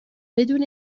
بدون